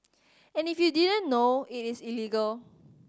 and if you didn't know it is illegal